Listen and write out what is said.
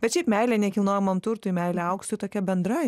bet šiaip meilė nekilnojamam turtui meilė auksui tokia bendra